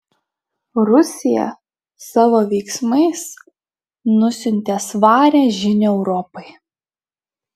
rusija savo veiksmais nusiuntė svarią žinią europai